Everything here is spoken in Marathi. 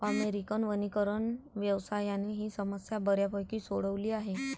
अमेरिकन वनीकरण व्यवसायाने ही समस्या बऱ्यापैकी सोडवली आहे